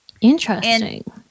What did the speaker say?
Interesting